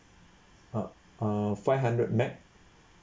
uh five hundred M_B_P_S